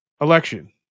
election